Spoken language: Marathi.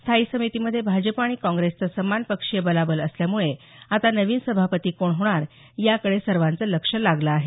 स्थायी समितीमध्ये भाजप आणि काँग्रेसचं समान पक्षीय बलाबल असल्यामुळे आता नवीन सभापती कोण होणार याकडे सर्वांच लक्ष लागलं आहे